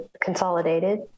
Consolidated